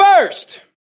First